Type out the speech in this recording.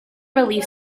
relief